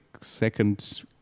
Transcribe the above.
second